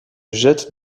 jette